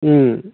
ம்